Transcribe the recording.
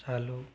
चालू